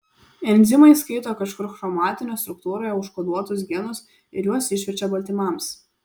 enzimai skaito kažkur chromatino struktūroje užkoduotus genus ir juos išverčia baltymams